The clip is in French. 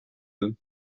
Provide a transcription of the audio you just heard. deux